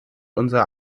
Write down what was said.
unser